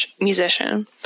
musician